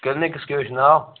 کِلنِکَس کیٛاہ حظ چھُ ناو